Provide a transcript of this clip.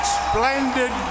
splendid